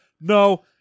no